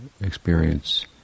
experience